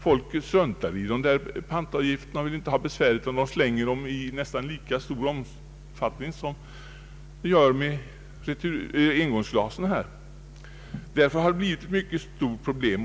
Folk struntar i pantavgifterna och slänger returglasen i nästan lika stor omfattning som vi gör med engångsglasen. Engångsglasen har alltså blivit ett mycket stort problem.